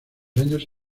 años